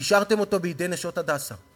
והשארתם אותו בידי "נשות הדסה".